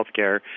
healthcare